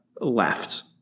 left